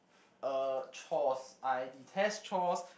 uh chores I detest chores